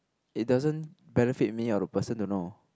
it doesn't benefit me or the person to know